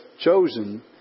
chosen